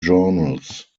journals